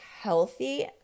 healthy